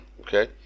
okay